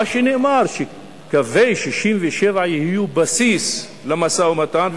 מה שנאמר, שקווי 67' יהיו בסיס למשא-ומתן.